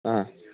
ꯑꯥ